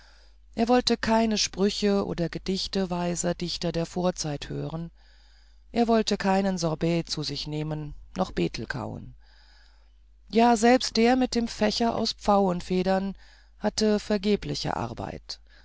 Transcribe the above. er wollte keine sprüche oder gedichte weiser dichter der vorzeit hören er wollte keinen sorbet zu sich nehmen noch betel kauen ja selbst der mit dem fächer aus pfauenfedern hatte vergebliche arbeit